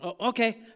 Okay